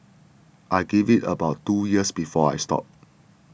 I give it about two years before I stop